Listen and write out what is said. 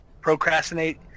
procrastinate